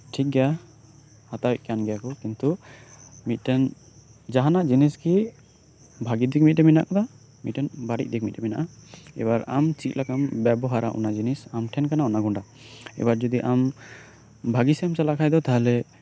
ᱴᱷᱤᱠᱜᱮᱭᱟ ᱦᱟᱛᱟᱣᱮᱫ ᱠᱟᱱᱜᱮᱭᱟᱠᱩ ᱠᱤᱱᱛᱩ ᱢᱤᱫᱴᱟᱝ ᱡᱟᱦᱟᱱ ᱡᱤᱱᱤᱥᱜᱮ ᱵᱷᱟᱜᱤᱫᱤᱠ ᱢᱤᱫᱴᱟᱝ ᱢᱮᱱᱟᱜ ᱟᱠᱟᱫᱟ ᱢᱤᱫᱮᱴ ᱵᱟᱹᱲᱤᱡᱫᱤᱠ ᱢᱤᱫᱴᱮᱱ ᱢᱮᱱᱟᱜ ᱟ ᱮᱵᱟᱨ ᱟᱢ ᱪᱮᱫᱞᱮᱠᱟᱢ ᱵᱮᱵᱚᱦᱟᱨᱟ ᱚᱱᱟ ᱡᱤᱱᱤᱥ ᱟᱢᱴᱷᱮᱱ ᱠᱟᱱᱟ ᱚᱱᱟᱜᱚᱸᱰᱟ ᱮᱵᱟᱨ ᱡᱚᱫᱤ ᱟᱢ ᱵᱷᱟᱜᱤᱥᱮᱫᱮᱢ ᱪᱟᱞᱟᱜ ᱠᱷᱟᱡ ᱫᱚ ᱛᱟᱦᱚᱞᱮ